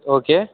okay